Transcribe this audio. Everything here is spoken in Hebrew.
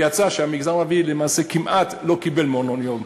יצא שהמגזר הערבי למעשה כמעט לא קיבל מעון-יום,